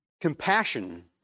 Compassion